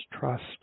trust